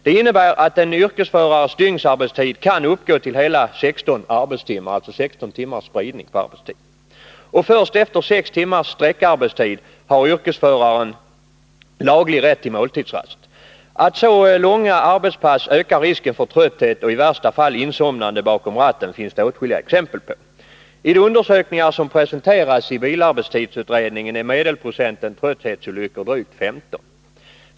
Det innebär att en yrkeförares dygnsarbetstid kan uppgå till hela sexton arbetstimmar. Och först efter sex timmars sträckarbetstid har yrkesföraren laglig rätt till måltidsrast. Att så långa arbetspass ökar risken för trötthet och i värsta fall insomnande bakom ratten finns det åtskilliga exempel på. I de undersökningar som presenterats i bilarbetstidsutredningen är medelprocenten trötthetsolyckor drygt femton.